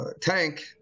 Tank